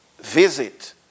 visit